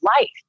life